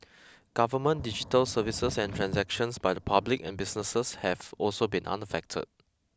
government digital services and transactions by the public and businesses have also been unaffected